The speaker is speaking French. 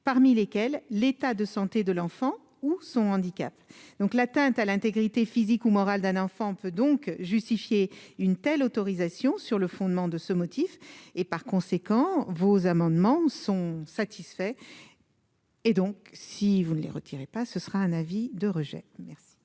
parmi lesquels l'état de santé de l'enfant ou son handicap, donc l'atteinte à l'intégrité physique ou morale d'un enfant peut donc justifier une telle autorisation sur le fondement de ce motif, et par conséquent vos amendements sont satisfaits. Et donc, si vous ne les retirer pas, ce sera un avis de rejet.